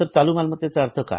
तर चालू मालमत्तेचा अर्थ काय